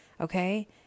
Okay